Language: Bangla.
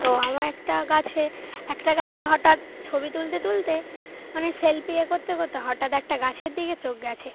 তো আমার একটা গাছে একটা গাছে হঠাৎ ছবি তুলতে তুলতে মানে সেলফি এ করতে করতে হঠাৎ একটা গাছের দিকে চোখ গেছে